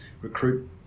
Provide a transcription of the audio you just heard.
recruit